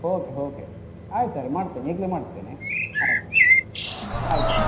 okay okay ಆಯ್ತು ಸರಿ ಮಾಡ್ತೇನೆ ಈಗಲೆ ಮಾಡ್ತೇನೆ ಆಯ್ತ್ ಆಯ್ತು